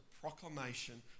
proclamation